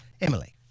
Emily